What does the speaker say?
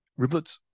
riblets